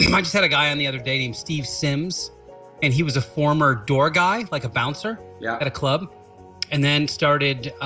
you might have a guy on the other dating steve sims and he was a former door guy like a bouncer yeah at a club and then started